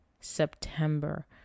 September